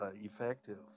effective